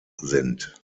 sind